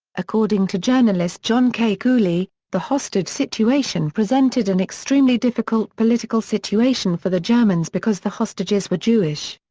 according to journalist john k. cooley, the hostage situation presented an extremely difficult political situation for the germans because the hostages were jewish.